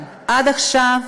עד עכשיו